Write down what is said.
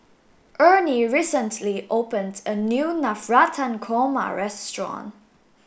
Ernie recently opened a new Navratan Korma restaurant